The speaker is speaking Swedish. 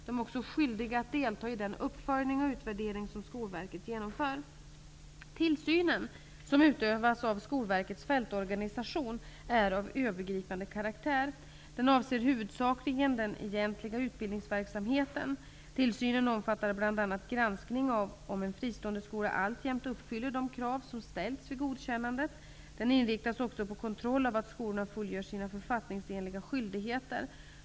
De är också skyldiga att delta i den uppföljning och utvärdering som Skolverket genomför. Tillsynen, som utövas av Skolverkets fältorganisation, är av övergripande karaktär. Den avser huvudsakligen den egentliga utbildningsverksamheten. Tillsynen omfattar bl.a. granskning av om en fristående skola alltjämt uppfyller de krav som ställts vid godkännandet. Den inriktas också på kontroll av att skolorna fullgör sina författningsenliga skyldigheter.